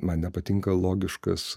man nepatinka logiškas